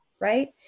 right